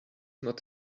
not